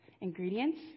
Ingredients